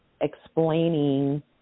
explaining